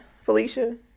Felicia